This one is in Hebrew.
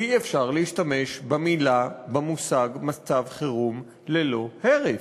אי-אפשר להשתמש במושג "מצב חירום" ללא הרף.